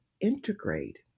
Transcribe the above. integrate